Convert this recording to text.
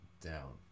down